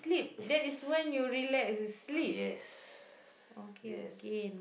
piece yes yes